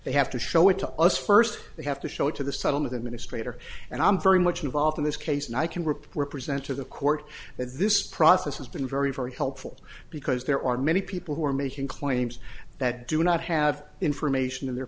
they have to show it to us first they have to show it to the settlement administrator and i'm very much involved in this case and i can rip were present to the court that this process has been very very helpful because there are many people who are making claims that do not have information in their